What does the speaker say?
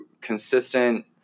consistent